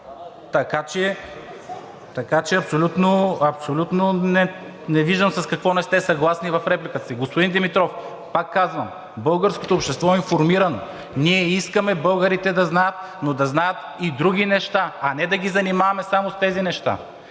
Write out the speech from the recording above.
Така че абсолютно не виждам с какво не сте съгласен в репликата си? Господин Димитров, пак казвам: българското общество е информирано. Ние искаме българите да знаят, но да знаят и други неща, а не да ги занимаваме само с тези неща.